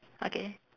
okay